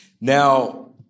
Now